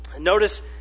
Notice